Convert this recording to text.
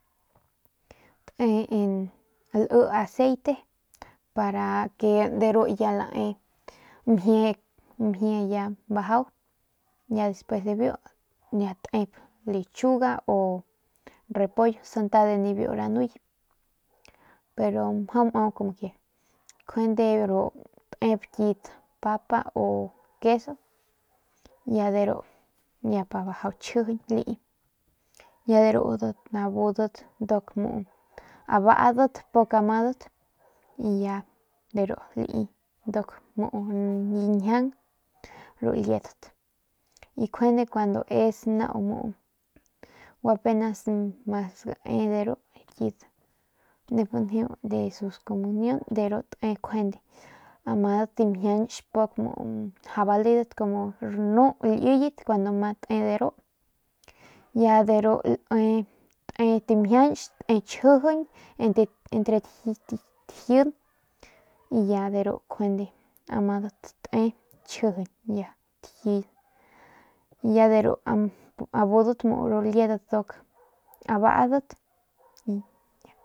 Y mjie te li aceite y para que ru lae mjie ya bajau y despues de biu ya tep lechuga o repollo nda de biu ranuye daua pero mjau mau comoquiera njuande tep kit papa o queso y ya deru para ru chjijñ lai ya de ru abudat nduk muu abadat amadat y ya de ru liyet nduk muu njiaung ru liedat y njuande lo ke es nau muu gua penas ma gae de ru sus comunion de ru te njuande amadat tamjianch pik muu mjau baledat kumu rnu liyet kuandu ma te de ru ya de ru te tamjiach te chjijiñ entre tajin y ya de ru kuande amadat te chjijiñ ya tji y ya budat ru liedat nduk abadat.